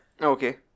Okay